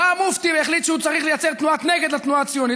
בא המופתי והחליט שהוא צריך לייצר תנועת נגד לתנועה הציונית,